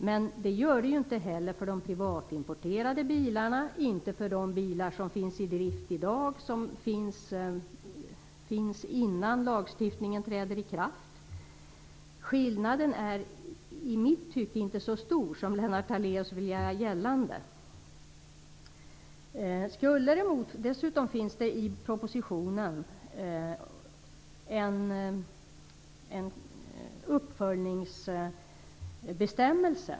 Men det kan man ju inte heller göra när det gäller de privatimporterade bilarna eller de bilar som är i drift i dag, innan lagen träder i kraft. Skillnaden är i mitt tycke inte så stor som Lennart Daléus vill göra gällande. Dessutom finns det i propositionen en uppföljningsbestämmelse.